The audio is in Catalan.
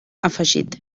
afegit